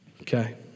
Okay